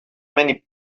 many